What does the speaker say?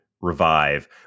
revive